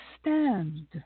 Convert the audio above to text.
stand